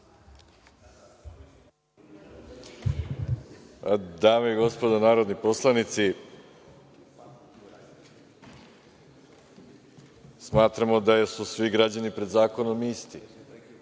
Dame i gospodo narodni poslanici, smatramo da su svi građani pred zakonom isti